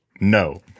No